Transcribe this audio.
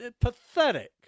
pathetic